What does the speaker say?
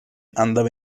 andava